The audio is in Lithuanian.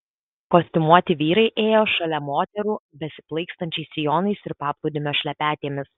kostiumuoti vyrai ėjo šalia moterų besiplaikstančiais sijonais ir paplūdimio šlepetėmis